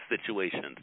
situations